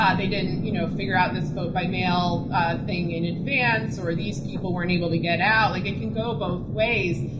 they didn't you know figure out this vote by mail thing in advance, or these people weren't able to get out. like it can go both ways.